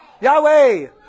Yahweh